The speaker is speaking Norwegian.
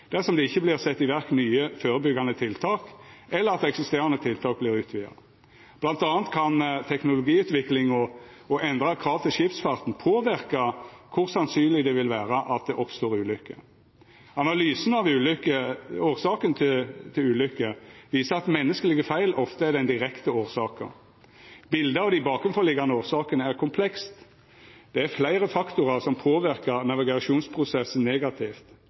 dersom det ikkje vert sett i verk nye, førebyggjande tiltak, eller at eksisterande tiltak vert utvida. Blant anna kan teknologiutvikling og endra krav til skipsfarten påverka kor sannsynleg det vil vera at det oppstår ulukker. Analysen av årsaka til ulukker viser at menneskelege feil ofte er den direkte årsaka. Bildet av dei årsakene som ligg bak, er komplekst. Det er fleire faktorar som påverkar navigasjonsprosessen negativt,